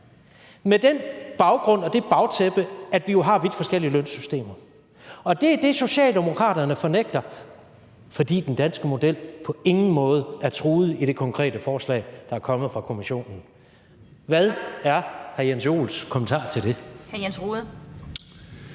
med den baggrund og det bagtæppe, at vi har vidt forskellige lønsystemer. Det er det, Socialdemokraterne fornægter, fordi den danske model på ingen måde er truet i det konkrete forslag, der er kommet fra Kommissionen. Hvad er hr. Jens Joels kommentar til det?